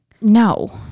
No